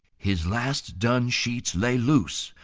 his last done sheets lay loose,